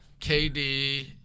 KD